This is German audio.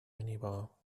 minibar